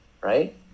right